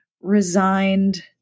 resigned